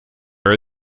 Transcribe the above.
are